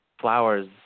Flowers